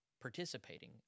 participating